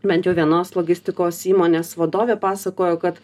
bent jau vienos logistikos įmonės vadovė pasakojo kad